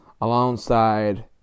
alongside